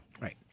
Right